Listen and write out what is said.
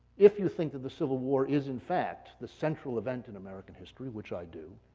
if you think that the civil war is in fact the central event in american history, which i do,